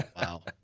Wow